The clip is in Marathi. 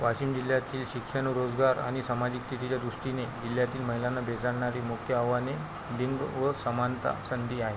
वाशिम जिल्ह्यातील शिक्षण रोजगार आणि सामाजिक स्थितीच्या दृष्टीने जिल्ह्यातील महिलांना बेजाननारी मुख्य आव्हाने लिंग व समानता संधी आहे